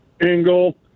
Engel